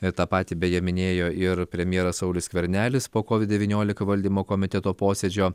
ir tą patį beje minėjo ir premjeras saulius skvernelis po covid devyniolika valdymo komiteto posėdžio